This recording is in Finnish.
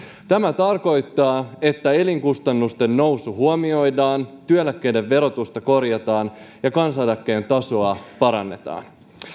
tämä tarkoittaa että elinkustannusten nousu huomioidaan työeläkkeiden verotusta korjataan ja kansaneläkkeen tasoa parannetaan